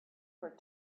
were